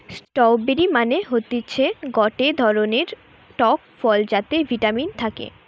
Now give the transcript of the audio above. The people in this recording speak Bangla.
স্ট্রওবেরি মানে হতিছে গটে ধরণের টক ফল যাতে ভিটামিন থাকে